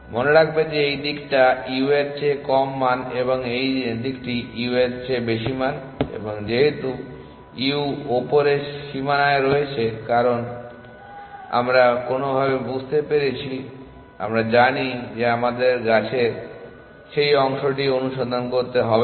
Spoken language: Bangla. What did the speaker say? মনে রাখবে যে এই দিকটি u এর চেয়ে কম মান এবং সেই দিকটি u এর চেয়ে বেশি মান এবং যেহেতু u উপরের সীমানায় রয়েছে কারণ আমরা কোনওভাবে বুঝতে পেরেছি আমরা জানি যে আমাদের গাছের সেই অংশটি অনুসন্ধান করতে হবে না